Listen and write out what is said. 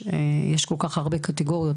יש כל כך הרבה קטגוריות.